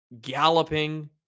galloping